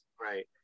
right